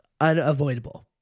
Unavoidable